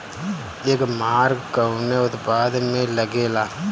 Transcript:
एगमार्क कवने उत्पाद मैं लगेला?